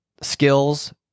skills